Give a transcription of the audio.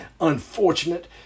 unfortunate